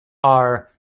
are